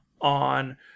on